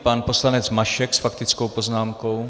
Pan poslanec Mašek s faktickou poznámkou.